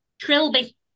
Trilby